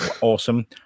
awesome